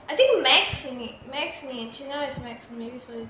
I think makes me makes me into now it's max mosley